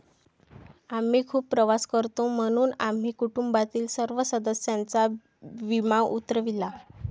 आम्ही खूप प्रवास करतो म्हणून आम्ही कुटुंबातील सर्व सदस्यांचा विमा उतरविला